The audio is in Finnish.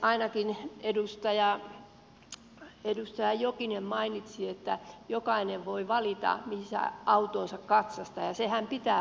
ainakin edustaja jokinen mainitsi että jokainen voi valita missä autonsa katsastaa ja sehän pitää paikkansa